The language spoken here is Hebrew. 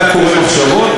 אתה קורא מחשבות?